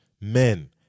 Men